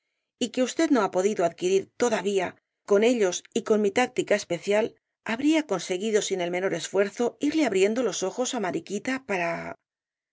y que usted no ha podido adquirir todavía con ellos y con mi táctica especial habría conseguido sin el menor esfuerzo irle abriendo los ojos á mariquita para